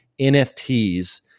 NFTs